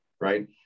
right